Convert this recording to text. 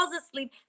asleep